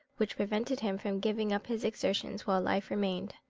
which prevented him from giving up his exertions while life remained.